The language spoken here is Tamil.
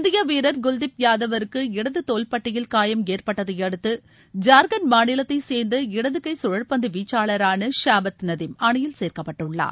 இந்திய வீரர் குல்தீப் யாதவ் விற்கு இடது தோல்பட்டையில் காயம் ஏற்பட்டதை அடுத்து ஜார்கண்ட் மாநிலத்தைச் சேர்ந்த இடதுகை கழற்பந்து வீச்சாளரான ஷாபாத் நதீம் அணியில் சேர்க்கப்பட்டுள்ளார்